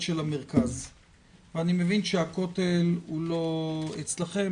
של המרכז ואני מבין שהכותל לא אצלכם,